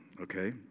okay